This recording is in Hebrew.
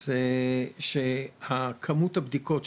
זה שכמות הבדיקות שנעשות,